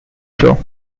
show